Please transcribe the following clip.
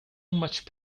much